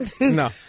no